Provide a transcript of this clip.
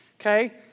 okay